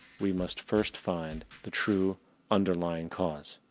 we must first find, the true underlying cause.